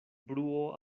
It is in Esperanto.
bruo